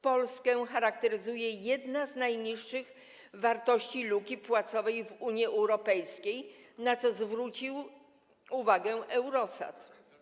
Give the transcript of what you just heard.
Polskę charakteryzuje jedna z najniższych wartości luki płacowej w Unii Europejskiej, na co zwrócił uwagę Eurostat.